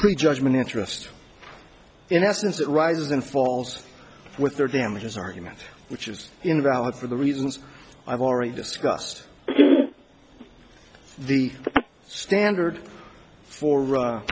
pre judgment interest in essence that rises and falls with their damages argument which is invalid for the reasons i've already discussed the standard for